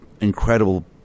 incredible